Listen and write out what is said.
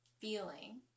feeling